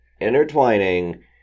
Intertwining